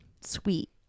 sweet